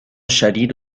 شدید